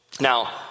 Now